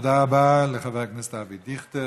תודה רבה לחבר הכנסת אבי דיכטר,